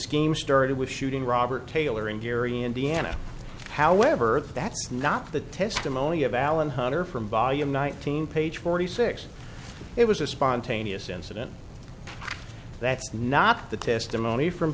scheme started with shooting robert taylor in gary indiana however that's not the testimony of allen hunter from volume nineteen page forty six it was a spontaneous incident that's not the testimony from